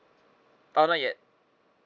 oh not yet